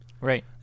Right